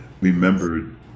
Remembered